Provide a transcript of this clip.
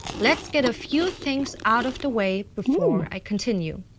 let's get a few things out of the way before i continue.